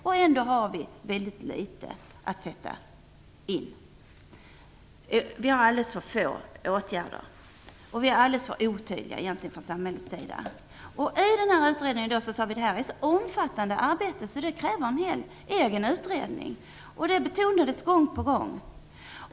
Men vi har mycket litet att sätta in mot detta. Åtgärderna från samhällets sida är alldeles för få och otydliga. Vi sade oss i utredningen att det här krävs ett omfattande arbete i en egen utredning. Detta betonades gång på gång.